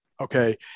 okay